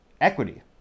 equity